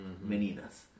Meninas